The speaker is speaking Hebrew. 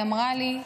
היא אמרה לי: